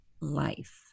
life